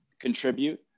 contribute